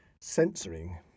censoring